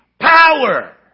power